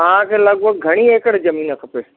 तव्हां खे लॻभॻि घणी एकड़ ज़मीन खपे